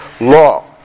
law